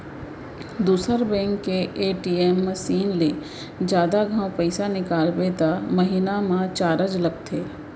दूसर बेंक के ATM machine ले जादा घांव पइसा निकालबे त महिना म चारज लगथे